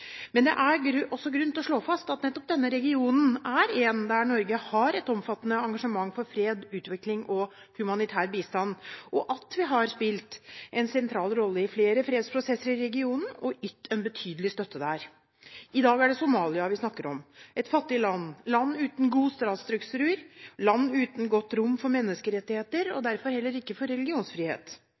å slå fast at nettopp denne regionen er en der Norge har et omfattende engasjement for fred, utvikling og humanitær bistand, og at vi har spilt en sentral rolle i flere fredsprosesser i regionen og ytt en betydelig støtte der. I dag er det Somalia vi snakker om – et fattig land, et land uten god statsstruktur, et land uten godt rom for menneskerettigheter og derfor heller ikke for religionsfrihet.